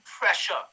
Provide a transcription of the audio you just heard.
pressure